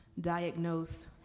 diagnose